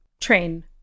Train